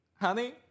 Honey